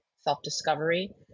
self-discovery